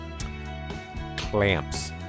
Clamps